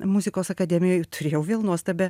muzikos akademijoj turėjau vėl nuostabią